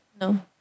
No